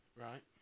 Right